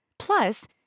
Plus